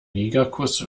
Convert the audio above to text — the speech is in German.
negerkuss